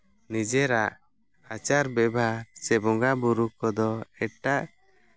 ᱱᱤᱡᱮᱨᱟᱜ ᱟᱪᱟᱨ ᱵᱮᱵᱚᱦᱟᱨ ᱥᱮ ᱵᱚᱸᱜᱟᱼᱵᱳᱨᱳ ᱠᱚᱫᱚ ᱮᱴᱟᱜ